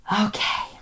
Okay